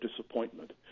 disappointment